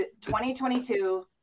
2022